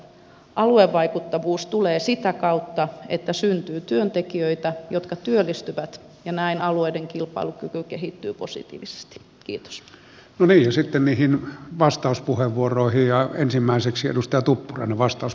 aluevaikuttavuus tulee sitä kautta että syntyy työntekijöitä jotka työllistyvät ja näin alueiden kilpailukyky kehittyy positiivisesti kiitos neljä setämiehen vastauspuheenvuoroihin ja ensimmäiseksi edustaa tupran vastaus